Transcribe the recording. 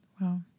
wow